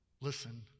Listen